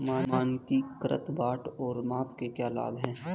मानकीकृत बाट और माप के क्या लाभ हैं?